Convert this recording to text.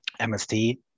MST